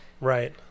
right